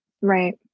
right